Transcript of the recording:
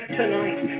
tonight